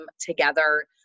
together